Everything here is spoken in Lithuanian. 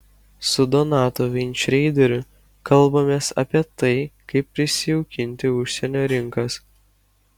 su donatu veinšreideriu kalbamės apie tai kaip prisijaukinti užsienio rinkas